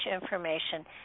information